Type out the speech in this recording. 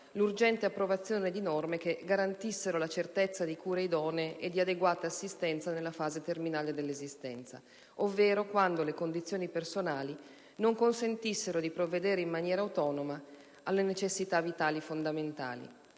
l'urgente approvazione di norme che garantissero la certezza di cure idonee e di adeguata assistenza nella fase terminale dell'esistenza, ovvero quando le condizioni personali non consentissero di provvedere in maniera autonoma alle necessità vitali fondamentali,